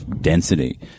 density